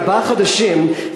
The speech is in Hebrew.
ארבעה חודשים,